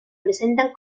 presentan